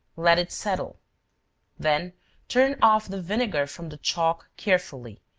let it settle then turn off the vinegar from the chalk carefully,